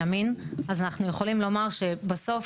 אנחנו יכולים לומר שבסוף,